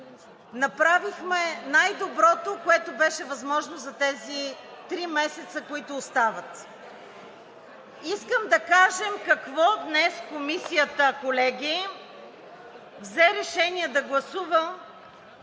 направихме най-доброто, което беше възможно за тези три месеца, които остават. Колеги, днес Комисията взе решение да гласува